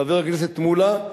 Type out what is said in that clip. חבר הכנסת מולה,